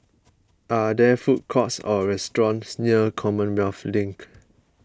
are there food courts or restaurants near Commonwealth Link